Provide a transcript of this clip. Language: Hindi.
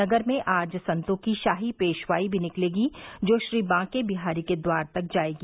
नगर में आज संतो की शाही पेशवाई भी निकलेगी जो श्री बांके बिहारी के द्वार तक जायेगी